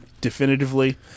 definitively